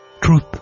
truth